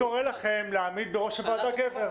אני קורא לכם להעמיד בראש הוועדה גבר.